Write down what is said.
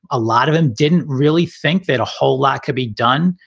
a lot of them didn't really think that a whole lot could be done.